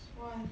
why